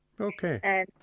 Okay